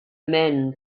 men